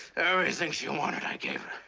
everything she wanted i gave